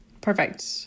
Perfect